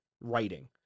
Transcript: writing